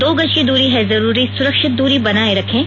दो गज की दूरी है जरूरी सुरक्षित दूरी बनाए रखें